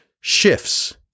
shifts